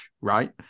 right